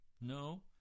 No